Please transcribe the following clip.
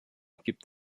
gibt